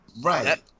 Right